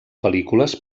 pel·lícules